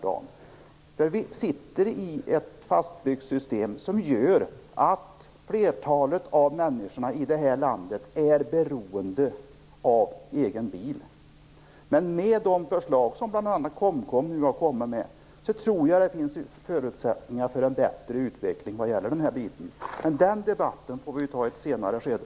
Vi är fastbyggda i ett system som gör att flertalet av människorna i det här landet är beroende av egen bil. Men med de förslag som bl.a. KOMKOM nu har lagt fram tror jag att det finns förutsättningar för en bättre utveckling vad gäller den här biten. Men den debatten får vi ta i ett senare skede.